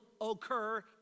occur